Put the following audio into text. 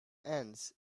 ants